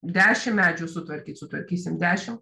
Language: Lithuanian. dešim medžių sutvarkyt sutvarkysim dešim